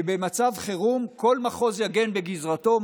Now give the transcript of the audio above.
שבמצב חירום כל מחוז יגן בגזרתו.